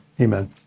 Amen